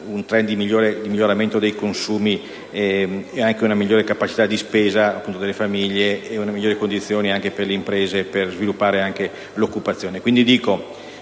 Grazie